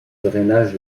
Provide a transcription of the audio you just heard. drainage